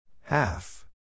Half